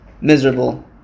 miserable